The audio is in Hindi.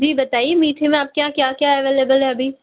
जी बताइए मीठे में आपके यहाँ क्या क्या एवेलेबल है अभी